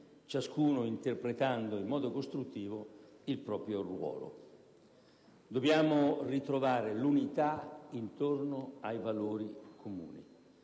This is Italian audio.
ciascuna interpretando in modo costruttivo il proprio ruolo. Dobbiamo ritrovare l'unità intorno ai valori comuni.